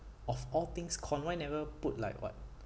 of all things corn why never put like what